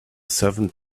seventh